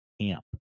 Camp